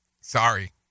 Sorry